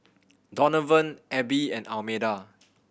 Donavan Abbie and Almeda